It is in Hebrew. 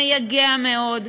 מייגע מאוד,